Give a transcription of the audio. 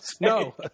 No